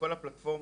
בכל הפלטפורמות,